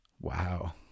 Wow